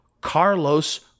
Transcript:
Carlos